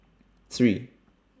three